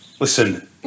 Listen